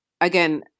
again